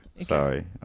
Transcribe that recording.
Sorry